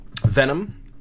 Venom